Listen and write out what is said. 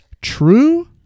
true